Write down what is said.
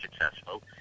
successful